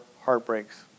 heartbreaks